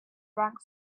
drank